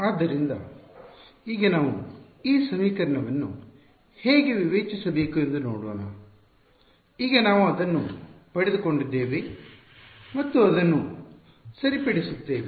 ಆದ್ದರಿಂದ ಈಗ ನಾವು ಈ ಸಮೀಕರಣವನ್ನು ಹೇಗೆ ವಿವೇಚಿಸಬೇಕು ಎಂದು ನೋಡೋಣ ಈಗ ನಾವು ಅದನ್ನು ಪಡೆದುಕೊಂಡಿದ್ದೇವೆ ಮತ್ತು ಅದನ್ನು ಸರಿಪಡಿಸುತ್ತೇವೆ